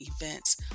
events